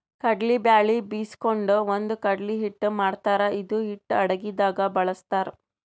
ಕಡ್ಲಿ ಬ್ಯಾಳಿ ಬೀಸ್ಕೊಂಡು ಬಂದು ಕಡ್ಲಿ ಹಿಟ್ಟ್ ಮಾಡ್ತಾರ್ ಇದು ಹಿಟ್ಟ್ ಅಡಗಿದಾಗ್ ಬಳಸ್ತಾರ್